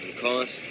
cost